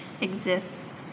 exists